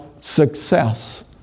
success